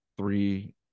three